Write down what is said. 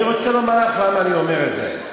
אני רוצה לומר לך למה אני אומר את זה,